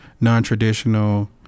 non-traditional